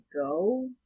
go